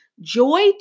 joy